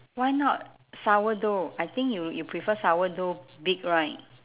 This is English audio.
why not sourdough I think you you prefer sourdough big right